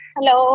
Hello